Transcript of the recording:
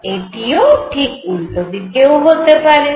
এটিও ঠিক উল্টো দিকেও হতে পারে